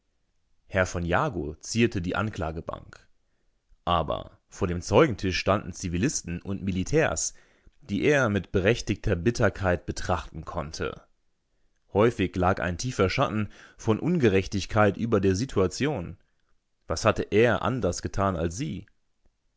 herr v jagow zierte die anklagebank aber vor dem zeugentisch standen zivilisten und militärs die er mit berechtigter bitterkeit betrachten konnte häufig lag ein tiefer schatten von ungerechtigkeit über der situation was hatte er anderes getan als sie